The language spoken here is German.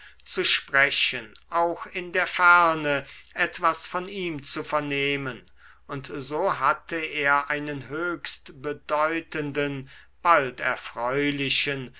zu sprechen auch in der ferne etwas von ihm zu vernehmen und so hatte er einen höchst bedeutenden bald erfreulichen